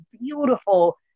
beautiful